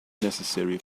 necessary